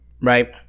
Right